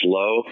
low